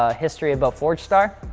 ah history about ford star,